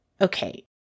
Okay